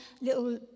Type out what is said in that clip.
little